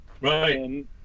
Right